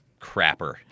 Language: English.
crapper